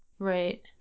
Right